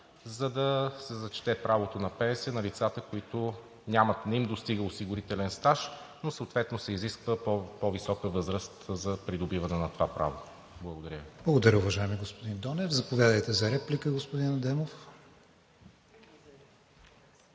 за да се зачете правото на пенсия на лицата, които нямат и не им достига осигурителен стаж, но съответно се изисква по-висока възраст за придобиване на това право. Благодаря. ПРЕДСЕДАТЕЛ КРИСТИАН ВИГЕНИН: Благодаря, уважаеми господин Донев. Заповядайте за реплика, господин Адемов.